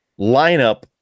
lineup